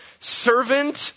Servant